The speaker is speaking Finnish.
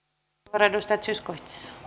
arvoisa rouva